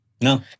No